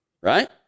right